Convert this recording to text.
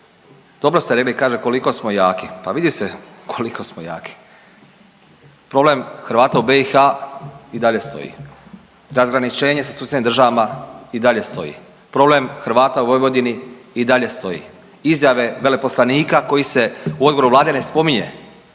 dobro ste rekli kaže: „Koliko smo jaki.“, pa vidi se koliko smo jaki. Problem Hrvata u BiH i dalje stoji. Razgraničenje sa susjednim državama i dalje stoji. Problem Hrvata u Vojvodini i dalje stoji. Izjave veleposlanika koji se u odgovoru Vlade ne spominje